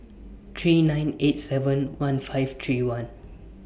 three nine eight seven one five three one